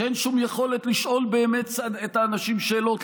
אין שום יכולת לשאול באמת את האנשים שאלות,